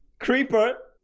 creeper